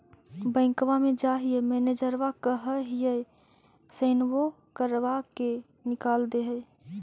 बैंकवा मे जाहिऐ मैनेजरवा कहहिऐ सैनवो करवा के निकाल देहै?